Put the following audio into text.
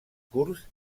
kurds